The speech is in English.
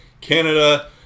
Canada